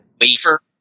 wafer